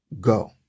go